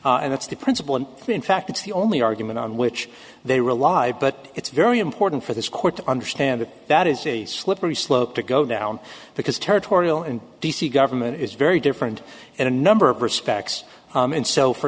that's the principle and in fact it's the only argument on which they rely but it's very important for this court to understand that that is a slippery slope to go down because territorial and d c government is very different in a number of respects and so for